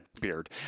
beard